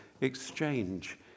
exchange